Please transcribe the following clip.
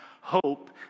hope